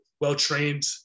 well-trained